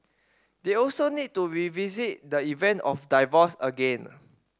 they also need to revisit the event of divorce again